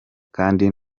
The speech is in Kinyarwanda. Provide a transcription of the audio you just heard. kandi